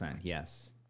Yes